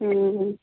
ਹੂੰ ਹੂੰ